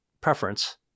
preference